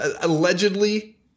allegedly